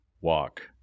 walk